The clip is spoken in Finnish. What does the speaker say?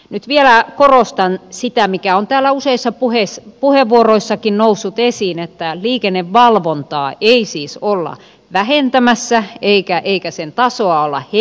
nyt vielä korostan sitä mikä on täällä useissa puheenvuoroissakin noussut esiin että liikennevalvontaa ei siis olla vähentämässä eikä sen tasoa olla heikentämässä